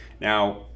Now